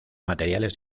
materiales